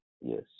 Yes